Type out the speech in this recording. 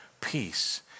peace